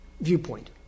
viewpoint